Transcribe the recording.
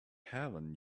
heaven